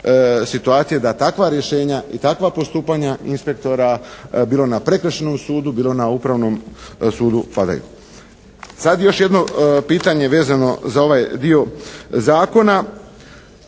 situacije, da takva rješenja i takva postupanja inspektora bilo na prekršajnom sudu, bilo na Upravnom sudu padaju. Sad bi još jedno pitanje vezano za ovaj dio zakona.